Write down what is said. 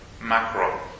macro